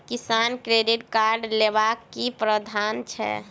किसान credit card लेबाक की प्रावधान छै?